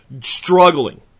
struggling